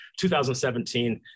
2017